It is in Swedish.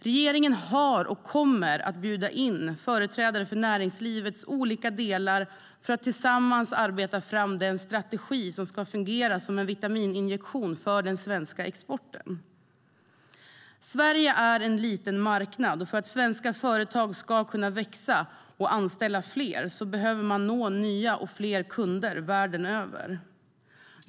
Regeringen har bjudit och kommer att bjuda in företrädare för näringslivets olika delar för att tillsammans arbeta fram den strategi som ska fungera som en vitamininjektion för den svenska exporten. Sverige är en liten marknad, och för att svenska företag ska kunna växa och anställa fler behöver de nå nya och fler kunder världen över.